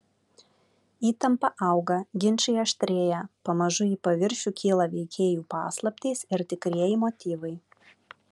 įtampa auga ginčai aštrėja pamažu į paviršių kyla veikėjų paslaptys ir tikrieji motyvai